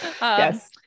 Yes